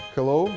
Hello